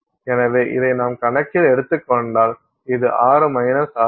எனவே இதை நாம் கணக்கில் எடுத்துக் கொண்டால் இது 6 ஆகும்